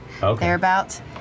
thereabouts